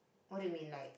what do you mean like